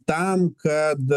tam kad